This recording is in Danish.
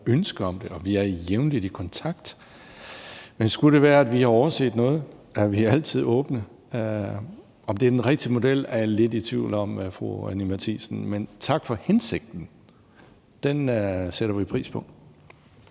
ønske om det, og vi er jævnligt i kontakt. Men skulle det være, at vi har overset noget, er vi altid åbne for at lytte. Om det er den rigtige model, er jeg lidt i tvivl om, vil jeg sige til fru